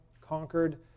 conquered